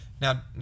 Now